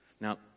Now